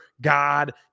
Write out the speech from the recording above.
god